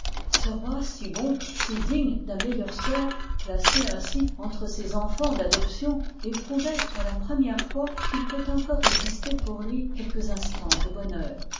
ce roi si bon si digne d'un meilleur sort placé ainsi entre ses enfans d'adoption éprouvoit pour la première fois qu'il peut encore exister pour lui quelques instans de bonheur